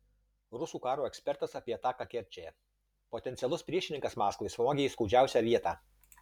rusų karo ekspertas apie ataką kerčėje potencialus priešininkas maskvai smogė į skaudžiausią vietą